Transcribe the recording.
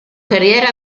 carriera